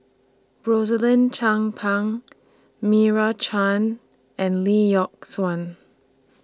Rosaline Chan Pang Meira Chand and Lee Yock Suan